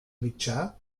mitjà